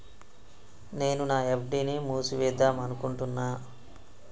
నేను నా ఎఫ్.డి ని మూసివేద్దాంనుకుంటున్న